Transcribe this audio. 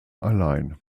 allein